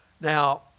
Now